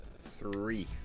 Three